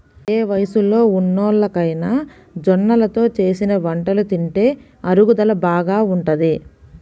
ఏ వయస్సులో ఉన్నోల్లకైనా జొన్నలతో చేసిన వంటలు తింటే అరుగుదల బాగా ఉంటది